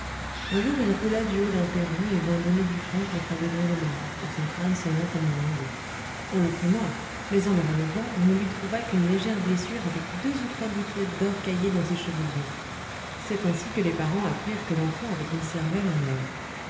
un jour il roula du haut d'un perron et vint donner du front contre un degré de marbre où son crâne sonna comme un lingot on le crut mort mais en le relevant on ne lui trouva qu'une légère blessure avec deux ou trois gouttelettes d'or caillées dans ses cheveux blonds c'est ainsi que les parents apprirent que l'enfant avait une cervelle en or